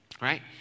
right